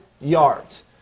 yards